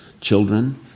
children